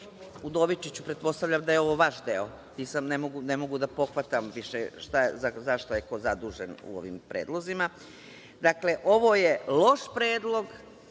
Udovičiću, pretpostavljam da je ovo vaš deo, ne mogu više da pohvatam za šta je ko zadužen u ovim predlozima. Ovo je loš predlog